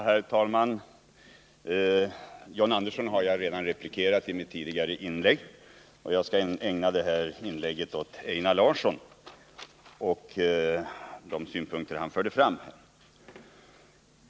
Herr talman! John Andersson har jag redan replikerat i mitt tidigare inlägg, varför jag nu skall ägna detta inlägg åt Einar Larsson och de synpunkter han förde fram.